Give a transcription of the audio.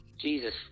Jesus